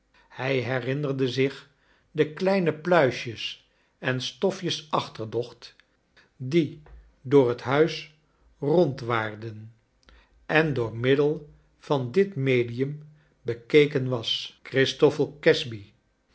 hij herinnerde zich de kleine pluisjes en stofjes achterdocht die door het huis rondwaarden en door middel van dit medium bekeken was christoffel casby